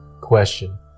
question